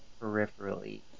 peripherally